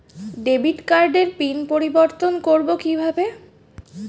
Debit কার্ডের pin পরিবর্তন করবো কীভাবে?